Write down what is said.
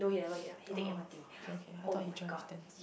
oh okay okay I though he drive then